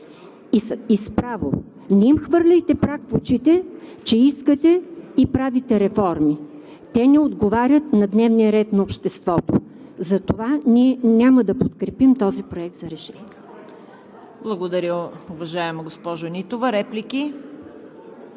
и с право. Не им хвърляйте прах в очите, че искате и правите реформи – те не отговарят на дневния ред на обществото. Затова ние няма да подкрепим този проект на решение. ПРЕДСЕДАТЕЛ ЦВЕТА КАРАЯНЧЕВА: Благодаря, уважаема госпожо Нитова. Реплики?